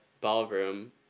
ballroom